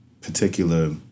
particular